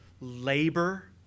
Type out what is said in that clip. labor